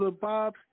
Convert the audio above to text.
Bob